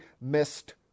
missed